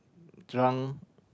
drunk